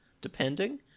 depending